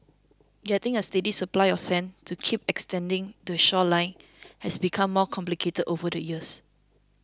getting a steady supply of sand to keep extending the shoreline has become more complicated over the years